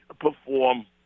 perform